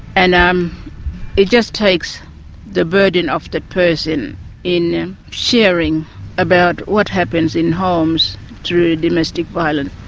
and um it just takes the burden off that person in sharing about what happens in homes through domestic violence.